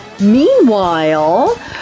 Meanwhile